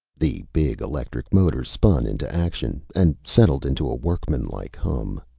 the big, electric motor spun into action and settled into a workmanlike hum.